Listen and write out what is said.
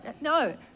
no